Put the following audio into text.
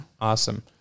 Awesome